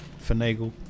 finagle